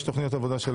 יש תוכניות העבודה,